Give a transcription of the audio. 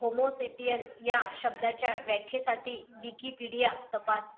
Homo sapien या शब्दाच्या व्याख्येसाठी विकिपीडिया तपास